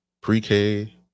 pre-K